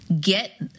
get